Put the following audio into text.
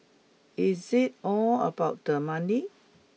is it all about the money